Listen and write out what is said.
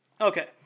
Okay